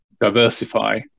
diversify